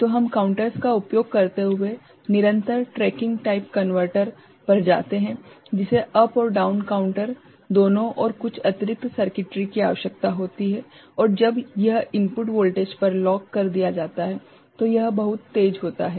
तो हम काउंटरर्स का उपयोग करते हुए निरंतर ट्रैकिंग टाइप कनवर्टर पर जाते हैं जिसमें अप और डाउन काउंटर दोनों और कुछ अतिरिक्त सर्किटरी की आवश्यकता होती है और जब यह इनपुट वोल्टेज पर लॉक कर दिया जाता है तो यह बहुत तेज होता है